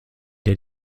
der